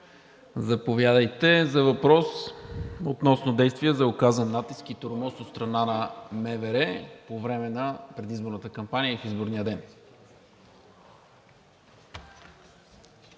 Същият е относно действия за оказан натиск и тормоз от страна на МВР по време на предизборна кампания и в изборния ден.